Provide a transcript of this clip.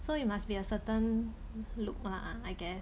so you must be a certain look lah I guess